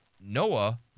Noah